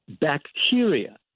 bacteria